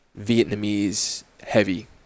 Vietnamese-heavy